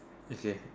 okay